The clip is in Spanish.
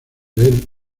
del